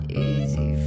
easy